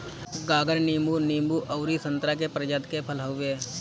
गागर नींबू, नींबू अउरी संतरा के प्रजाति के फल हवे